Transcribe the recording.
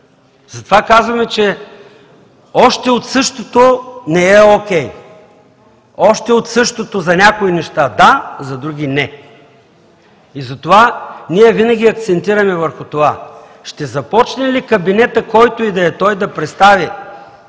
Затова казваме, че „още от същото“ не е окей. Още от същото за някои неща – да, за други – не! Затова ние винаги акцентираме върху това – ще започне ли кабинетът, който и да е той, да представи